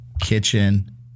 kitchen